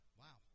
wow